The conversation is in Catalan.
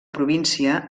província